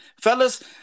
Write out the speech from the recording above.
fellas